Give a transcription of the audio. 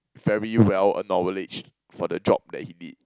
very well acknowledged for the job that he did